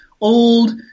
old